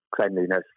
cleanliness